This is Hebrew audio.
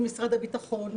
עם משרד הביטחון,